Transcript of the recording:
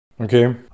okay